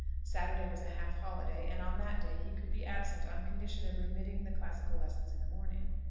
saturday was a half-holiday, and on that day he could be absent on condition of remitting the classical lessons in the morning.